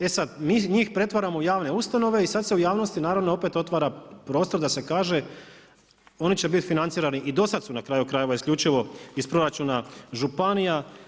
E sad mi njih pretvaramo u javne ustanove i sada se u javnosti naravno opet otvara prostor da se kaže oni će biti financirani i do sada su na kraju krajeva isključivo iz proračuna županija.